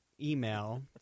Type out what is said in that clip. email